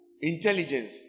intelligence